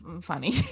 funny